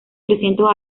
trescientos